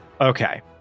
Okay